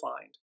find